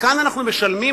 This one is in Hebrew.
וכאן אנחנו משלמים,